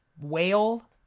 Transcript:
whale